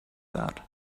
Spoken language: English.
that